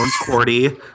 Cordy